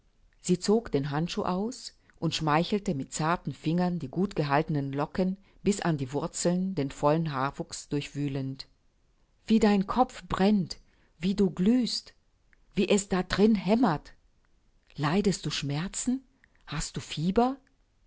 sie zog den handschuh aus und schmeichelte mit zarten fingern die gutgehaltenen locken bis an die wurzeln den vollen haarwuchs durchwühlend wie dein kopf brennt wie du glühst wie es da drinn hämmert leidest du schmerzen hast du fieber